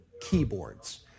keyboards